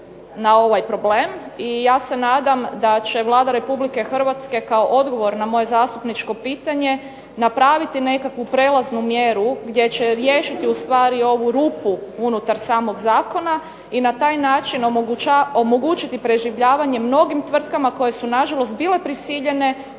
na ovaj problem i ja se nadam da će Vlada Republike Hrvatske kao odgovor na moje zastupničko pitanje napraviti nekakvu prelaznu mjeru gdje će riješiti ustvari ovu rupu unutar samog zakona i na taj način omogućiti preživljavanje mnogim tvrtkama koje su nažalost bile prisiljene